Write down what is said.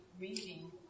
reading